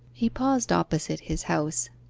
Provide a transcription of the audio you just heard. he paused opposite his house.